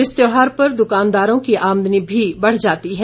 इस त्यौहार पर दुकानदारों की आमदनी भी बढ़ जाती है